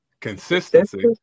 Consistency